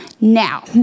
Now